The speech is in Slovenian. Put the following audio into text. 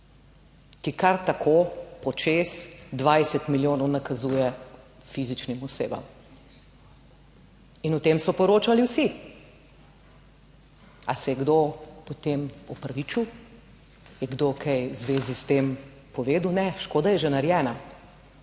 ki kar tako po čez 20 milijonov nakazuje fizičnim osebam in o tem so poročali vsi. Ali se je kdo potem opravičil? Je kdo kaj v zvezi s tem povedal? Ne, škoda je že narejena.